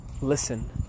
listen